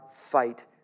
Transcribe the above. fight